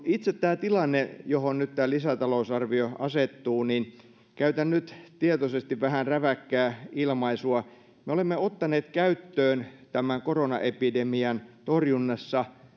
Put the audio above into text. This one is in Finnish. itse tästä tilanteesta johon nyt tämä lisätalousarvio asettuu ja käytän nyt tietoisesti vähän räväkkää ilmaisua me olemme ottaneet käyttöön tämän koronaepidemian torjunnassa